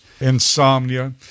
insomnia